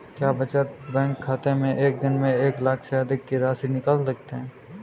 क्या बचत बैंक खाते से एक दिन में एक लाख से अधिक की राशि निकाल सकते हैं?